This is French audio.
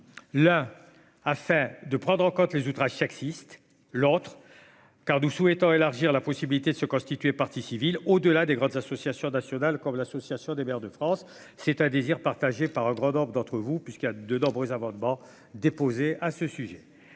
là afin de prendre en compte les outrages sexistes, l'autre car nous souhaitons élargir la possibilité de se constituer partie civile au delà des grandes associations nationales comme l'Association des maires de France, c'est un désir partagé par un grand nombre d'entre vous, puisqu'il y a de nombreux amendements déposés à ce sujet,